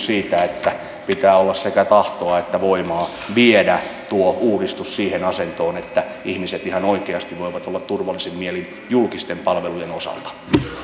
siitä että pitää olla sekä tahtoa että voimaa viedä tuo uudistus siihen asentoon että ihmiset ihan oikeasti voivat olla turvallisin mielin julkisten palvelujen osalta